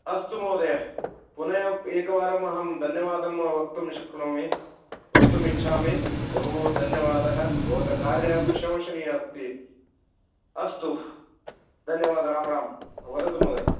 अस्तु महोदय पुनः एकवारम् अहं धन्यवादं वक्तुं शक्नोमि वक्तुम् इच्छामि बहु धन्यवादः भवतः कार्यं प्रशंसनीयम् अस्ति अस्तु धन्यवादः राम राम वदतु महोदय